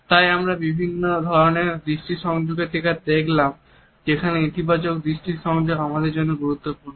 তাই আমরা বিভিন্ন ধরনের দৃষ্টি সংযোগের দিকে দেখলাম যেখানে ইতিবাচক দৃষ্টি সংযত আমাদের জন্য খুব গুরুত্বপূর্ণ